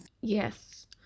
yes